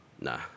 Nah